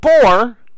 four